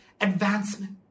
advancement